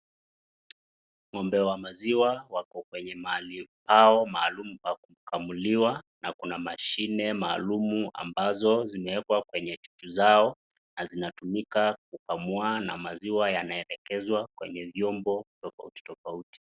Ng'ombe wa maziwa wako kwenye mahali pao maalum pa kukamuliwa na kuna mashine maalum ambazo zimewekwa kwenye chuchu zao na zinatumika kukamua na maziwa yanaelekezwa kwenye vyombo tofauti tofauti.